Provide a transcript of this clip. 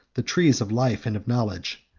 the trees of life and of knowledge,